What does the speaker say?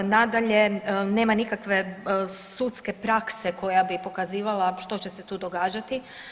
Nadalje, nema nikakve sudske prakse koja bi pokazivala što će se tu događati.